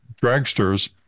dragsters